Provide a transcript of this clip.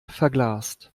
verglast